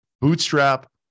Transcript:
bootstrap